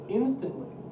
instantly